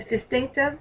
distinctive